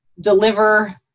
deliver